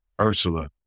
Ursula